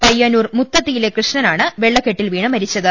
പയ്യന്നൂർ മുത്തതിയിലെ കൃഷ്ണനാണ് വെളളക്കെട്ടിൽ വീണ് മരിച്ചത്